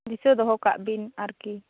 ᱫᱤᱥᱟᱹ ᱫᱚᱦᱚᱠᱟᱜᱼᱵᱤᱱ ᱟᱨᱠᱤ